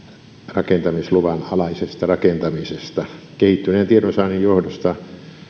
rakentamisluvan alaisesta rakentamisesta kehittyneen tiedonsaannin johdosta